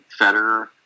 Federer